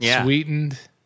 sweetened